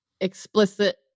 explicit